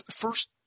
first